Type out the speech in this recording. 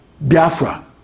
Biafra